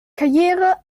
karriere